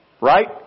Right